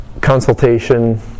consultation